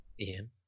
Ian